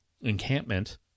encampment